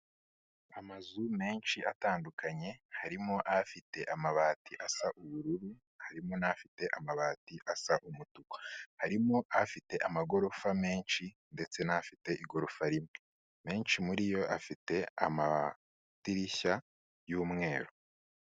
Amazu menshi atandukanye, harimo afite amabati asa ubururu, harimo n'afite amabati asa umutuku, harimo afite amagorofa menshi, ndetse n'afite igorofa rimwe, menshi muri yo afite amadirishya y'umweru.